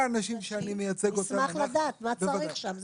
נשמח לדעת מה צריך שם.